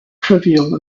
trivial